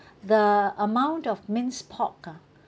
the amount of minced pork ah